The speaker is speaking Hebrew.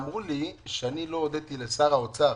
אמרו לי שאני לא הודיתי לשר האוצר.